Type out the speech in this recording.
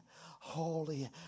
holy